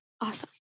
awesome